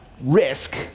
risk